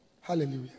Hallelujah